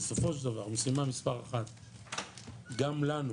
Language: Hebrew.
בסופו של דבר משימה מס' 1 גם לנו